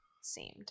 seemed